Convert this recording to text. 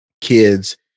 kids